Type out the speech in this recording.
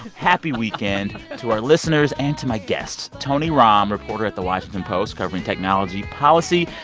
happy weekend to our listeners and to my guests, tony romm, reporter at the washington post covering technology policy,